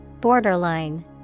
Borderline